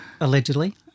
Allegedly